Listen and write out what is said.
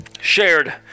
shared